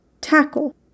tackle